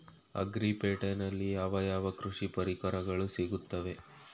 Agri ಪೇಟೆನಲ್ಲಿ ಯಾವ ಯಾವ ಕೃಷಿ ಪರಿಕರಗಳು ಸಿಗುತ್ತವೆ?